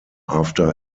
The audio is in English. after